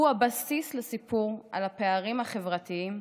הוא הבסיס לסיפור על הפערים החברתיים,